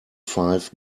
five